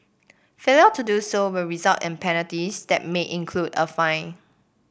failure to do so will result in penalties that may include a fine